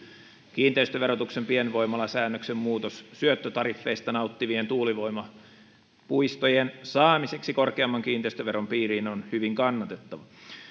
kiinteistöverotuksen pienvoimalasäännöksen muutos syöttötariffeista nauttivien tuulivoimapuistojen saamiseksi korkeamman kiinteistöveron piiriin on hyvin kannatettava